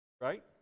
right